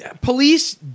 Police